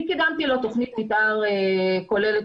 אני קידמתי לו תוכנית מתאר כוללת.